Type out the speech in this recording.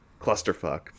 clusterfuck